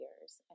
years